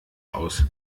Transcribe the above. aus